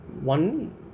One